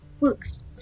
books